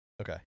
Okay